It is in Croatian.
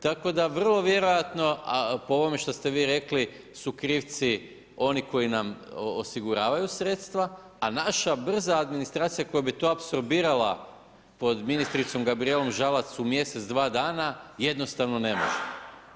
Tako da vrlo vjerojatno, a po ovome što ste vi rekli, su krivci oni koji nam osiguravaju sredstva, a naša brza administracija, koja bi to apsorbirala, pod ministricom Gabrijelom Žalac u mjesec, dva dana, jednostavno ne može.